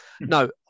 No